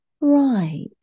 right